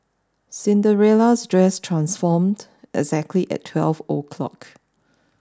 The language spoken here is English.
Cinderella's dress transformed exactly at twelve o'clock